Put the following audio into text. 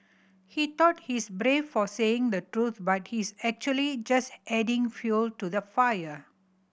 he thought he's brave for saying the truth but he's actually just adding fuel to the fire